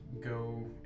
Go